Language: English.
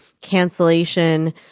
cancellation